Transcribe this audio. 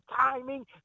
timing